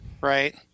right